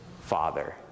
Father